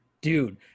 Dude